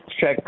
check